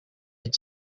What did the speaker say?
had